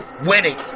winning